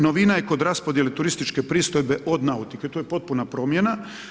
Novina je kod raspodjele turističke pristojbe od nautike, tu je potpuna promjena.